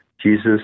Jesus